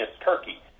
Turkey